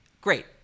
Great